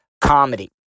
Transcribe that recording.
comedy